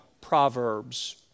Proverbs